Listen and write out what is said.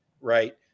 right